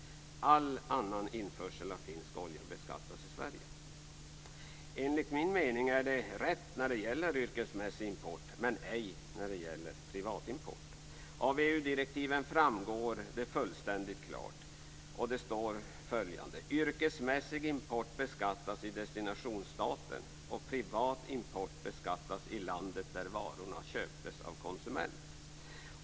All annan införsel av finsk olja beskattas i Sverige. Enligt min mening är detta rätt när det gäller yrkesmässig import men ej när det gäller privatimport. Av EU-direktiven framgår det här fullständigt klart. Det står: Yrkesmässig import beskattas i destinationsstaten och privat import beskattas i landet där varorna köptes av konsumenten.